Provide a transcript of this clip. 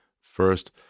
First